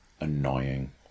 annoying